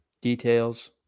details